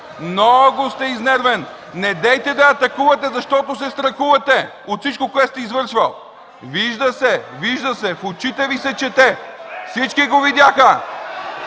Мно-о-го сте изнервен! Недейте да атакувате, защото се страхувате от всичко, което сте извършвали. Вижда се, вижда се! В очите Ви се чете! Всички го видяха.